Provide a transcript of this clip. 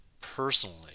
personally